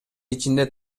ичинде